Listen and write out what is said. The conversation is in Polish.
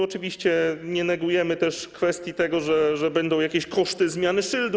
Oczywiście nie negujemy też tego, że będą jakieś koszty zmiany szyldu.